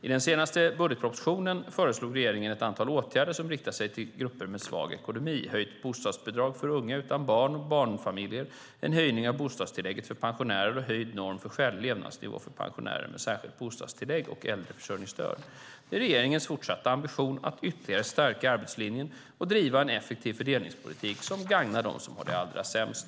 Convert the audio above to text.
I den senaste budgetpropositionen föreslog regeringen ett antal åtgärder som riktar sig till grupper med svag ekonomi: höjt bostadsbidrag för unga utan barn och för barnfamiljer, en höjning av bostadstillägget till pensionärer och höjd norm för skälig levnadsnivå för pensionärer med särskilt bostadstillägg och äldreförsörjningsstöd. Det är regeringens fortsatta ambition att ytterligare stärka arbetslinjen och driva en effektiv fördelningspolitik som gagnar dem som har det allra sämst.